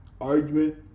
argument